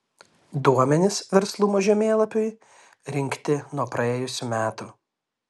duomenys verslumo žemėlapiui rinkti nuo praėjusių metų